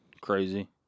crazy